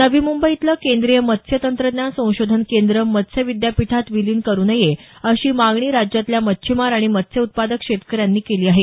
नवी मुंबईतलं केंद्रीय मत्स्य तंत्रज्ञान संशोधन केंद्र मत्स्य विद्यापीठात विलीन करु नये अशी मागणी राज्यातल्या मच्छिमार आणि मत्स्य उत्पादक शेतकऱ्यांनी केली आहे